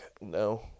no